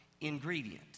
ingredient